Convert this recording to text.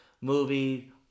movie